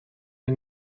het